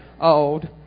old